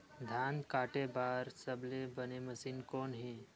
धान काटे बार सबले बने मशीन कोन हे?